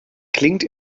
klingt